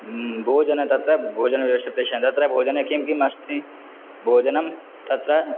भोजनं तत्र भोजनव्यवस्था प्रेषयामि तत्र भोजने किं किम् अस्ति भोजनं तत्र